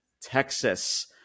Texas